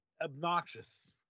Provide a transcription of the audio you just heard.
Obnoxious